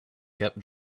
kept